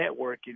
networking